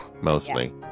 mostly